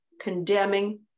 condemning